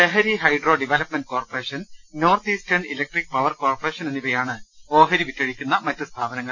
Tehri Hydro Development Corporation North Eastern Electric Power Corporation എന്നിവയാണ് ഓഹരി വിറ്റഴിക്കുന്ന മറ്റു സ്ഥാപനങ്ങൾ